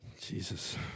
Jesus